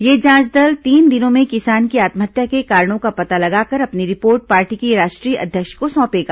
यह जांच दल तीन दिनों में किसान की आत्महत्या के कारणों का पता लगाकर अपनी रिपोर्ट पार्टी की राष्ट्रीय अध्यक्ष को सौंपेगा